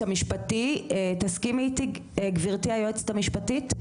המשפטי תסכימי איתי גבירתי היועצת המשפטית,